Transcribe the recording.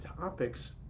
topics